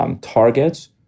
targets